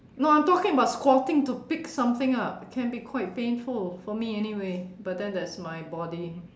no I'm talking about squatting to pick something up can be quite painful for me anyway but then that's my body